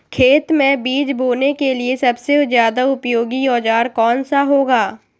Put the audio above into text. खेत मै बीज बोने के लिए सबसे ज्यादा उपयोगी औजार कौन सा होगा?